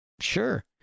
sure